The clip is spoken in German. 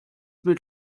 mit